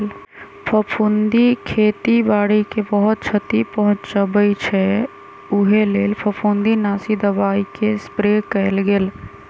फफुन्दी खेती बाड़ी के बहुत छति पहुँचबइ छइ उहे लेल फफुंदीनाशी दबाइके स्प्रे कएल गेल